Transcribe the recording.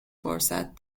فرصت